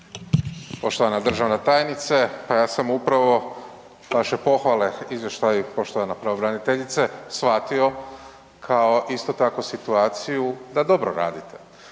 Poštovana državna tajnice, pa ja sam upravo vaše pohvale izvještaju poštovana pravobraniteljice shvatio kao isto tako situaciju da dobro radite.